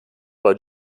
war